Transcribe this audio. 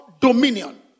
dominion